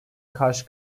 karşı